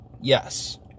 Yes